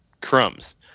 crumbs